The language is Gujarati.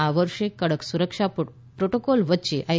આ વર્ષે કડક સુરક્ષા પ્રોટોકોલ વચ્ચે આઈ